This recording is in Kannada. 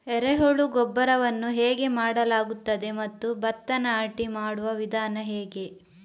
ಎರೆಹುಳು ಗೊಬ್ಬರವನ್ನು ಹೇಗೆ ಮಾಡಲಾಗುತ್ತದೆ ಮತ್ತು ಭತ್ತ ನಾಟಿ ಮಾಡುವ ವಿಧಾನ ಹೇಗೆ?